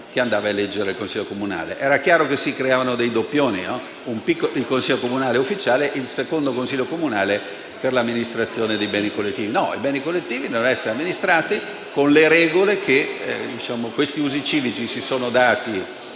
che andava ad eleggere il Consiglio comunale. È chiaro che si sarebbero creati dei doppioni: un Consiglio comunale ufficiale e un secondo Consiglio comunale per l'amministrazione dei beni collettivi. No, i beni collettivi devono essere amministrati con le regole che questi usi civici si sono dati